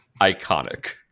Iconic